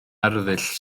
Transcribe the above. arddull